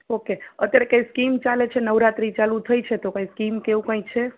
okay અત્યારે કાઈ scheme ચાલે છે નવરાત્રી ચાલુ થઈ છે તો કાઈ સ્કીમ કે કેવું કાઈ છે